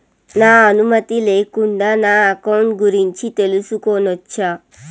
నా అనుమతి లేకుండా నా అకౌంట్ గురించి తెలుసుకొనొచ్చా?